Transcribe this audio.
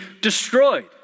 destroyed